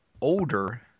older